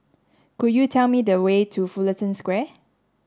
could you tell me the way to Fullerton Square